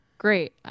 great